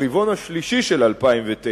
ברבעון השלישי של 2009,